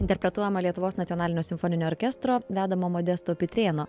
interpretuojama lietuvos nacionalinio simfoninio orkestro vedamo modesto pitrėno